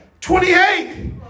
28